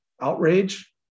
outrage